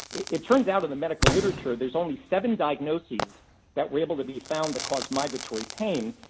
it turns out, in the medical literature, there's only seven diagnoses that were able to be found that caused migratory pain,